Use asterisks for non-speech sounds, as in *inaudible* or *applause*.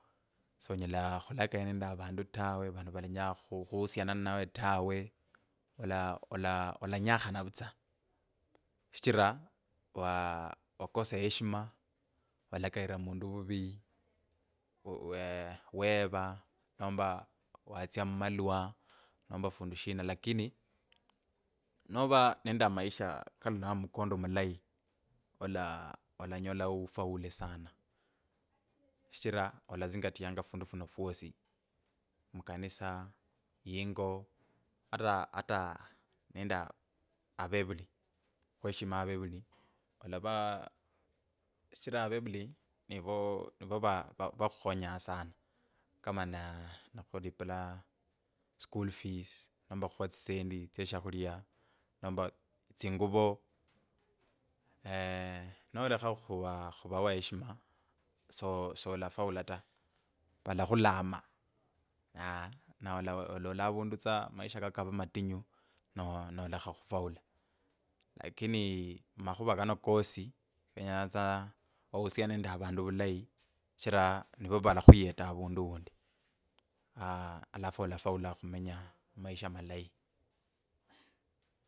Sonyala khulakaya nende avandu tawe vandu valenya khu usiana nawe tawe ola olanyakhana vutsa shichira wakosa heshima walakaila mundu ovuvi wuuu *hesitation* weva nomba watsie mumalwa nomba fundu shina lakini novaa nende maisha kali nende mkondo omulai ola aa nyola ufaule sana shichira alasingatianga fundu funo fwosi mukanisa yingo, hayaa aa avevuli khueshima avevuli olavaa shichira avevuli nivo vakhukhonyaa sana kama okhukhulipila school fees nomba khakhwelesia tsisendi tsieshakhulia, nomba tsinguvu *hesitation* nolakha khu aaa vafwa heshima so solafaulu taa, valakhulama aaa olola avundu tsa maisha kako kalavaa matinyu no- nolakha khufaula lakini mumakhuva kana kosi enyatsaa ukhusione nende vandu vulayi shichira nivo valakhuyeta avundu undi aaa alafu olafaula khumenya maisha malayi.